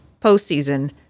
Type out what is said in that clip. postseason